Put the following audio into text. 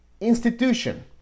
institution